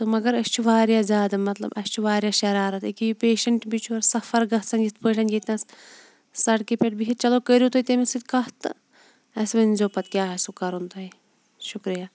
مَگَر أسۍ چھِ واریاہ زیادٕ مَطلَب اَسہِ چھُ واریاہ شَرارَتھ اکیاہ یہِ پیشَنٛٹ بِچور سَفَر گَژھان یِتھ پٲٹھۍ ییٚتنَس سَڑکہِ پیٹھ بِہِتھ چَلو کٔرِو تُہۍ تٔمِس سۭتۍ کَتھ تہٕ اَسہِ ؤنۍ زیٚو پَتہٕ کیاہ آسو کَرُن تۄہہِ شُکریہ